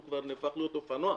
הוא הופך להיות אופנוע,